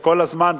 כל הזמן,